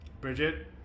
Bridget